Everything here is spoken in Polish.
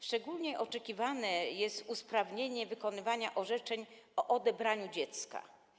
Szczególnie oczekiwane jest usprawnienie wykonywania orzeczeń o odebraniu dziecka.